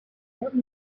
let